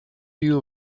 view